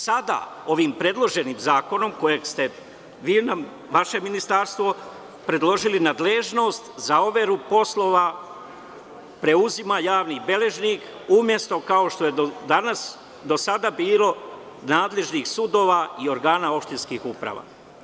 Sada ovim predloženim zakonom koje je vaše ministarstvo predložilo nadležnost za overu poslova preuzima javni beležnik, umesto kao što je do sada bilo nadležni sudovi i organi opštinskih uprava.